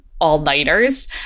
all-nighters